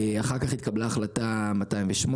אחר כך התקבלה החלטה 208,